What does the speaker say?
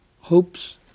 hopes